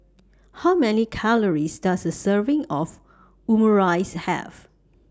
How Many Calories Does A Serving of Omurice Have